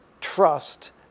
trust